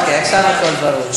אוקיי, עכשיו הכול ברור.